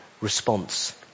response